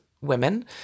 women